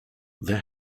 there